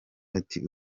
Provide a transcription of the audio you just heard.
ati